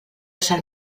sant